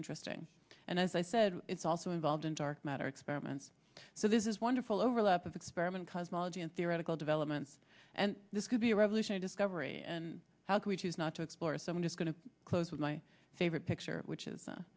interesting and as i said it's also involved in dark matter experiments so this is wonderful overlap of experiment cosmology and theoretical development and this could be a revolution in discovery and how can we choose not to explore if someone is going to close with my favorite picture which is